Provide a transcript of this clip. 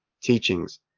teachings